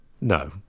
No